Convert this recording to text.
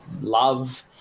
love